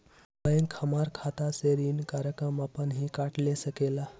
Bank हमार खाता से ऋण का रकम अपन हीं काट ले सकेला?